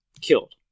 killed